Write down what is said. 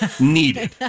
needed